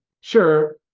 Sure